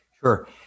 Sure